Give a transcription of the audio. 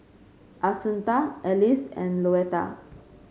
Assunta Ellis and Louetta